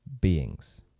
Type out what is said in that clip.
beings